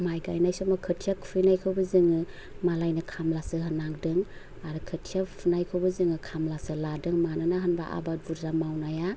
माय गानाय समाव खोथिया खुयैनायखौबो जोङो मालायनो खामलासो होनांदों आरो खोथिया फुनायखौबो जोङो खामलासो लादों मानोना होनबा आबाद बुरजा मावनाया